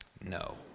no